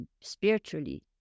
spiritually